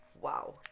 Wow